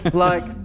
like,